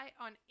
On